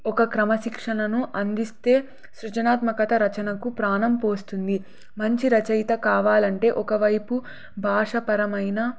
ఒక క్రమశిక్షణను అందిస్తే సృజనాత్మకత రచనకు ప్రాణం పోస్తుంది మంచి రచయిత కావాలంటే ఒకవైపు భాషపరమైన